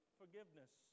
forgiveness